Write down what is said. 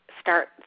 start